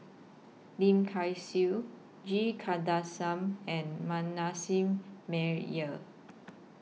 Lim Kay Siu G Kandasamy and Manasseh Meyer